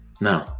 No